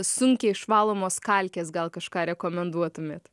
sunkiai išvalomos kalkės gal kažką rekomenduotumėt